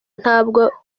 ntabwo